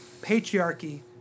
patriarchy